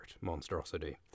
monstrosity